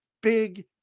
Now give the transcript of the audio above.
big